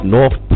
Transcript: North